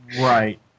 Right